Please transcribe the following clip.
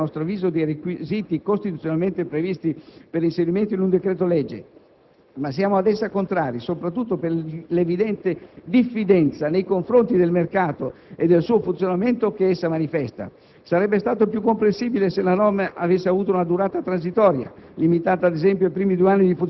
Si tratta di una disposizione mancante a nostro avviso dei requisiti costituzionalmente previsti per l'inserimento in un decreto-legge. Ma siamo ad essa contrari soprattutto per l'evidente diffidenza che manifesta nei confronti del mercato e del suo funzionamento. Sarebbe stato più comprensibile se la norma avesse avuto una durata transitoria,